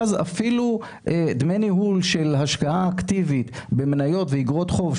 ואז אפילו דמי ניהול של השקעה אקטיבית במניות ואגרות חוב,